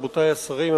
רבותי השרים,